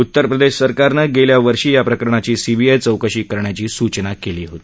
उत्तर प्रदेश सरकारनं गेल्या वर्षी याप्रकरणाची सीबीआय चौकशी करण्याची सूचना केली होती